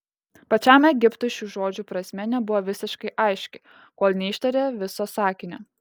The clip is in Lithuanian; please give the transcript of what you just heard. pačiam egiptui šių žodžių prasmė nebuvo visiškai aiški kol neištarė viso sakinio